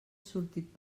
sortit